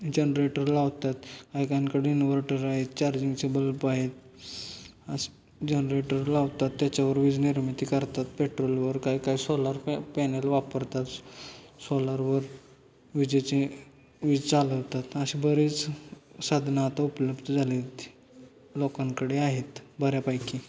generator लावतात काही काहींकडे इन्व्हर्टर आहेत चार्जिंगचे बल्ब आहेत अस् जनरेटर लावतात त्याच्यावर वीज निर्मिती करतात पेट्रोलवर काय काय सोलार पॅ पॅनल वापरतात सोलारवर विजेचे वीज चालवतात असे बरेच साधनं आता उपलब्ध झालीत लोकांकडे आहेत बऱ्यापैकी